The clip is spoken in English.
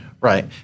Right